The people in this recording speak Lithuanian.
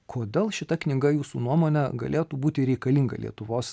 kodėl šita knyga jūsų nuomone galėtų būti reikalinga lietuvos